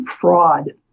fraud